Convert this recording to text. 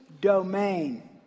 domain